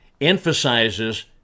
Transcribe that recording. emphasizes